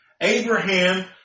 Abraham